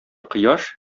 кояш